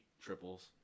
triples